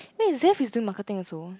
eh Zeff is doing marketing also